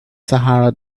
sahara